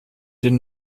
den